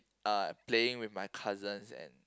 uh playing with my cousins and